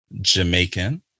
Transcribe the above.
Jamaican